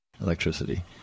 electricity